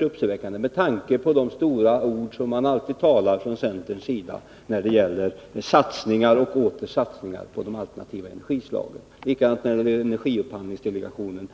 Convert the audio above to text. uppseendeväckande med tanke på de stora ord med vilka man alltid talar från centerns sida när det gäller satsningar och åter satsningar på de alternativa energislagen. Likadant var det med energiupphandlingsdelegationen.